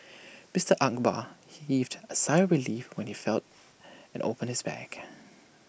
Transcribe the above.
Mister Akbar heaved A sigh of relief when he felt and opened his bag